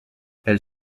elle